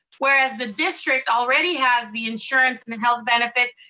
whereas the district already has the insurance, and the health benefits.